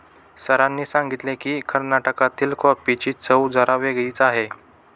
सरांनी सांगितले की, कर्नाटकातील कॉफीची चव जरा वेगळी आहे